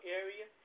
area